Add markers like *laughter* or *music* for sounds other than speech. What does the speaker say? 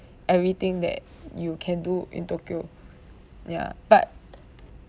everything that you can do in tokyo *breath* ya but